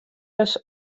ris